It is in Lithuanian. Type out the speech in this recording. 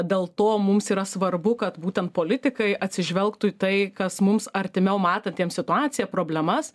dėl to mums yra svarbu kad būtent politikai atsižvelgtų į tai kas mums artimiau matantiems situaciją problemas